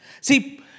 See